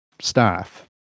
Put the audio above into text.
staff